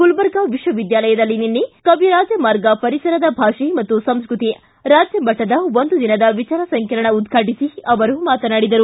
ಗುಲಬರ್ಗಾ ವಿಶ್ವವಿದ್ಯಾಲಯದಲ್ಲಿ ನಿನ್ನೆ ಕವಿರಾಜಮಾರ್ಗ ಪರಿಸರದ ಭಾ ೆ ಮತ್ತು ಸಂಸ್ಕೃತಿ ರಾಜ್ಯಮಟ್ಟದ ಒಂದು ದಿನದ ವಿಚಾರ ಸಂಕಿರಣವನ್ನು ಉದ್ಘಾಟಿಸಿ ಅವರು ಮಾತನಾಡಿದರು